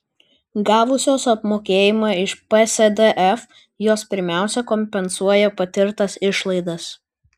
gavusios apmokėjimą iš psdf jos pirmiausia kompensuoja patirtas išlaidas